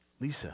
Lisa